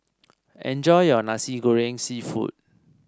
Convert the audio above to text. enjoy your Nasi Goreng seafood